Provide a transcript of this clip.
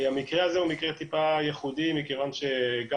המקרה הזה הוא מקרה טיפה ייחודי מכיוון שגם